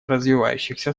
развивающихся